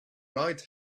might